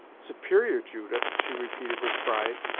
superior, judith! she repeated with pride.